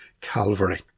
Calvary